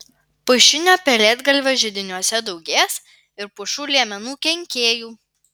pušinio pelėdgalvio židiniuose daugės ir pušų liemenų kenkėjų